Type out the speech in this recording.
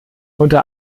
unter